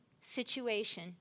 situation